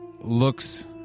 looks